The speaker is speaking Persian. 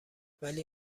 ولی